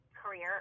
career